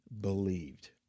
believed